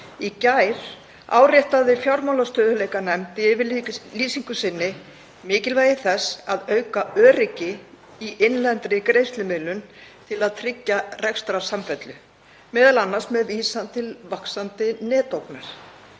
Í gær áréttaði fjármálastöðugleikanefnd í yfirlýsingu sinni mikilvægi þess að auka öryggi í innlendri greiðslumiðlun til að tryggja rekstrarsamfellu, m.a. með vísan til vaxandi netógnar.